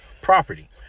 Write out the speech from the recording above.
property